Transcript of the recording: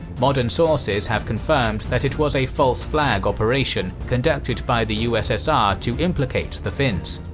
modern sources have confirmed that it was a false flag operation conducted by the ussr to implicate the finns.